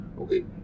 okay